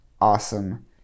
awesome